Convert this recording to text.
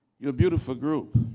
you're a beautiful group,